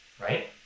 Right